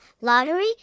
lottery